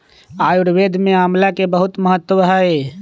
आयुर्वेद में आमला के बहुत महत्व हई